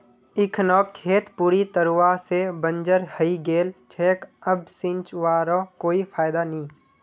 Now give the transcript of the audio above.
इखनोक खेत पूरी तरवा से बंजर हइ गेल छेक अब सींचवारो कोई फायदा नी